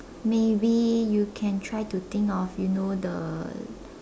maybe you can try to think of you know the